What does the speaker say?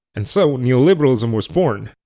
and so neoliberalism was born.